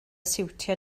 siwtio